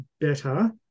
better